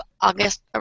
August